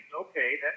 Okay